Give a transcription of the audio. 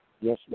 Yes